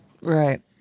Right